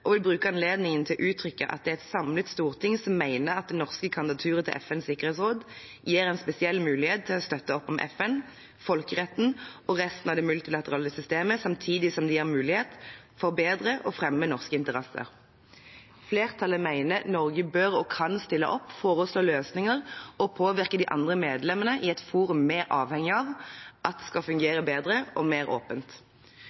og vil bruke anledningen til å uttrykke at det er et samlet storting som mener at det norske kandidaturet til FNs sikkerhetsråd gir en spesiell mulighet til å støtte opp om FN, folkeretten og resten av det multilaterale systemet, samtidig som det gir mulighet for bedre å fremme norske interesser. Flertallet mener Norge bør og kan stille opp, foreslå løsninger og påvirke de andre medlemmene i et forum vi er avhengige av skal fungere bedre og mer